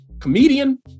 comedian